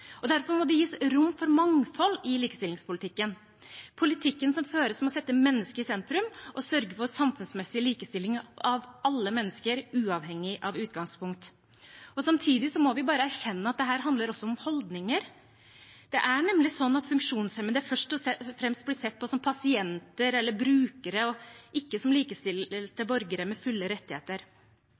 Derfor må det gis rom for mangfold i likestillingspolitikken. Politikken som føres, må sette mennesket i sentrum og sørge for samfunnsmessig likestilling av alle mennesker, uavhengig av utgangspunkt. Samtidig må vi bare erkjenne at dette handler også om holdninger. Det er nemlig slik at funksjonshemmede først og fremst blir sett på som pasienter eller brukere, ikke som likestilte borgere med fulle rettigheter.